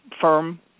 firm